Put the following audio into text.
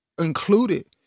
included